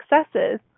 successes